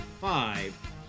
five